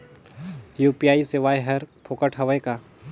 UPI सेवाएं हर फोकट हवय का?